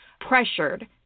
pressured